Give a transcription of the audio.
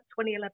2011